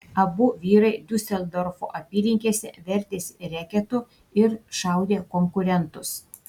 abu vyrai diuseldorfo apylinkėse vertėsi reketu ir šaudė konkurentus